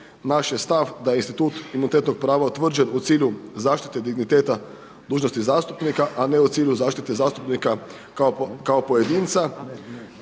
Naš je stav da institut imunitetnog prava utvrđen u cilju zaštite digniteta dužnosti zastupnika a ne u cilju zaštite zastupnika kako pojedinca.